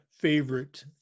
favorite